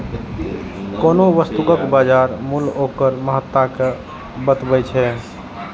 कोनो वस्तुक बाजार मूल्य ओकर महत्ता कें बतबैत छै